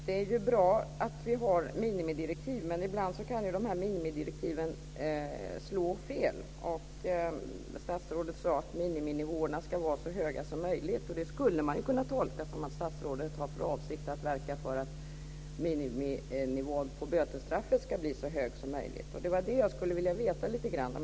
Det är bra att vi har minimidirektiv, men ibland kan de slå fel. Statsrådet sade att miniminivåerna ska vara så höga som möjligt. Det skulle man kunna tolka så att statsrådet har för avsikt att verka för att miniminivån på bötesstraffet ska bli så hög som möjligt. Det var det jag skulle vilja veta lite grann om.